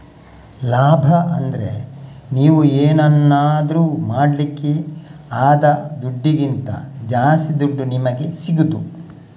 ಲಾಭ ಅಂದ್ರೆ ನೀವು ಏನನ್ನಾದ್ರೂ ಮಾಡ್ಲಿಕ್ಕೆ ಆದ ದುಡ್ಡಿಗಿಂತ ಜಾಸ್ತಿ ದುಡ್ಡು ನಿಮಿಗೆ ಸಿಗುದು